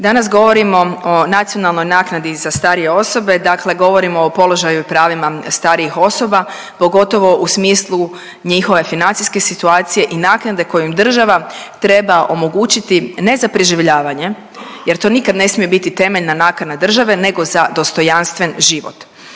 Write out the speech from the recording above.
Danas govorimo o nacionalnoj naknadi za starije osobe, dakle govorimo o položaju i pravima starijih osoba, pogotovo u smislu njihove financijske situacije i naknade koju im država treba omogućiti, ne za preživljavanje, jer to nikad ne smije biti temeljna naknada države, nego za dostojanstven život.